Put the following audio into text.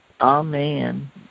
amen